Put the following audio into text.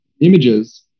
images